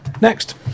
next